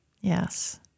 Yes